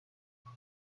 site